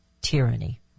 Tyranny